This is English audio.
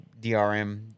DRM